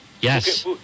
Yes